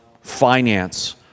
finance